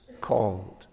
called